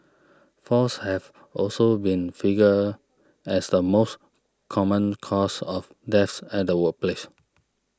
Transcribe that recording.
falls have also been fingered as the most common cause of deaths at the workplace